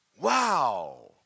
Wow